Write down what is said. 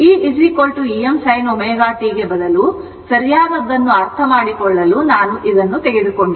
e Em sin ωt ಬದಲು ಸರಿಯಾದದನ್ನು ಅರ್ಥಮಾಡಿಕೊಳ್ಳಲು ನಾನು ಇದನ್ನು ತೆಗೆದುಕೊಂಡಿದ್ದೇನೆ